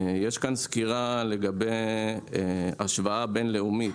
יש כאן סקירה לגבי השוואה בין לאומית.